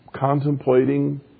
Contemplating